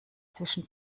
zwischen